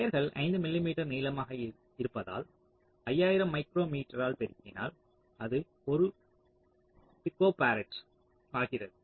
வயர்கள் 5 மிமீ நீளமாக இருப்பதால் 5000 மைக்ரோமீட்டர் பெருக்கினால் அது 1 பைக்கோபாரட் ஆகிறது